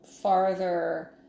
farther